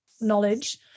knowledge